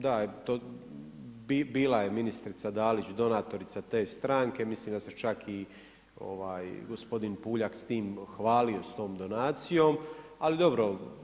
Da, bila je ministrica Dalić donatorica te stranke, mislim da se čak i gospodin Puljak s tim hvalio, s tom donacijom, ali dobro.